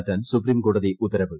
മാറ്റാൻ സുപ്രീം കോടതി ഉത്തരവ്